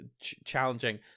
challenging